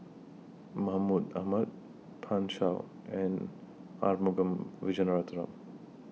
Mahmud Ahmad Pan Shou and Arumugam Vijiaratnam